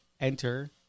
enter